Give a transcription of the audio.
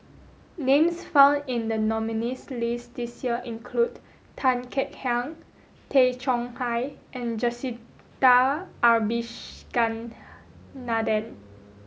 names found in the nominees' list this year include Tan Kek Hiang Tay Chong Hai and Jacintha Abisheganaden